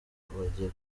kuhagera